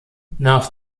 nach